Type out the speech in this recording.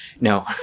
No